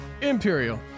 Imperial